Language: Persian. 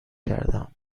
کردم